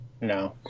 No